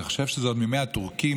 אני חושב שזה עוד מימי הטורקים,